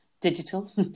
digital